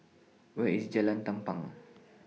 Where IS Jalan Tampang